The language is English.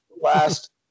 last